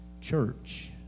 church